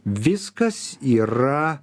viskas yra